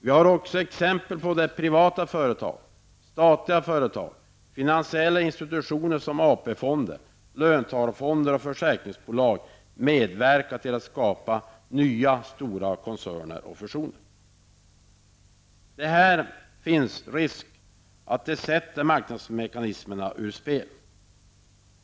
Vi har också exempel där privata företag, statliga företag och, finansiella institutioner såsom AP-fonderna, löntagarfonderna och försäkringsbolag medverkat till att skapa nya stora koncerner och fusioner. Det finns en risk för att detta sätter marknadsmekanismerna ur spel.